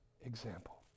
example